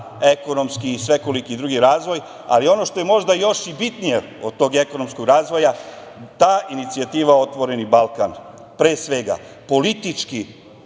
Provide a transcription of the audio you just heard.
ekonomski i svekoliki drugi razvoj. Ono što je možda još bitnije od tog ekonomskog razvoja ta inicijativa „Otvoreni Balkan“ pre svega politički